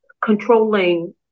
controlling